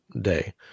day